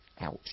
Ouch